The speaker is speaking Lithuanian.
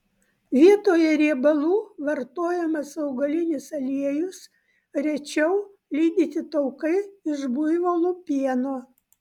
vietoje riebalų vartojamas augalinis aliejus rečiau lydyti taukai iš buivolų pieno